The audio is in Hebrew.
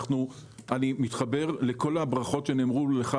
אני מתחבר לכל הברכות שנאמרו לך,